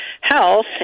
health